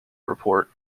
report